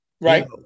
Right